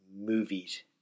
movies